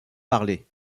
parlées